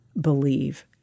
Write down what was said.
Believe